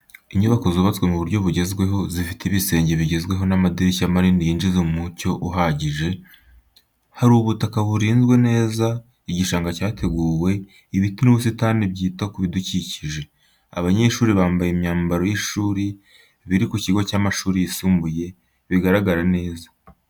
Inyubako zubatswe mu buryo bugezweho zifite ibisenge bigezweho n’amadirishya manini yinjiza umucyo uhagije. Hari ubutaka burinzwe neza, igishanga cyateguwe, ibiti n’ubusitani bwita ku bidukikije. Abanyeshuri bambaye imyambaro y’ishuri biri ku kigo cy’amashuri yisumbuye, bigaragara neza.